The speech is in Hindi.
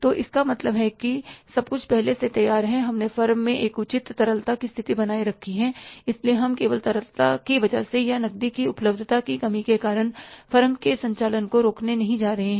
तो इसका मतलब है कि सब कुछ पहले से तैयार है और हमने फर्म में एक उचित तरलता की स्थिति बनाए रखी है इसलिए हम केवल तरलता की वजह से या नकदी की उपलब्धता की कमी के कारण फर्म के संचालन को रोकने नहीं जा रहे हैं